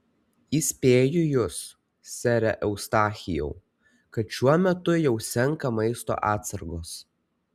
įspėju jus sere eustachijau kad šiuo metu jau senka maisto atsargos